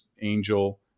angel